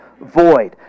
void